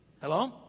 Hello